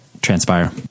transpire